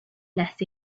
less